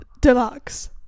deluxe